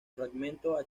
fragmento